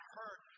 hurt